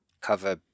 cover